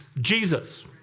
Jesus